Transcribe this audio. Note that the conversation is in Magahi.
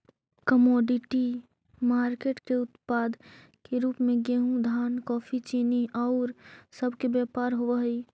कमोडिटी मार्केट के उत्पाद के रूप में गेहूं धान कॉफी चीनी औउर सब के व्यापार होवऽ हई